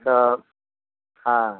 तब हाँ